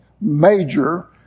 major